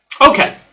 okay